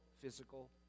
physical